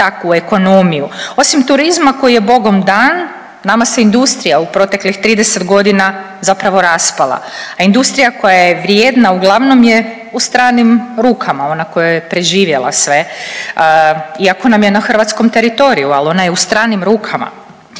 osim turizma koji je Bogom dan nama se industrija u proteklih 30 godina zapravo raspala, a industrija koja je vrijedna uglavnom je u stranim rukama ona koja je preživjela sve. Iako nam je hrvatskom teritoriju ali ona je u stranim rukama.